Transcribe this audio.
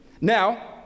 Now